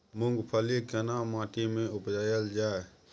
मूंगफली केना माटी में उपजायल जाय?